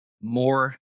more